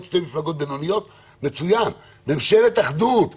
אני רוצה לחזור לעניין של ההתפלגויות.